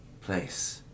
place